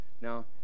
Now